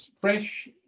fresh